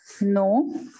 No